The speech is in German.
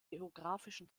geografischen